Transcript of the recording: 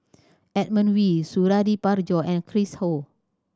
Edmund Wee Suradi Parjo and Chris Ho